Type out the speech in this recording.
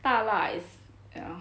大辣 is ya